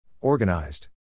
Organized